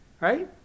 right